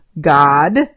God